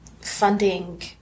funding